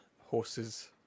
horses